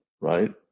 right